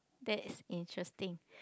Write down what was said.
that is interesting